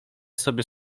sobie